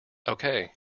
okay